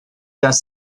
dass